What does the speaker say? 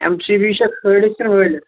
M C B چھا کھٲلِتھ کِنہٕ وٲلِتھ